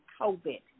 COVID